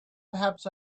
perhaps